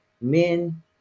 Men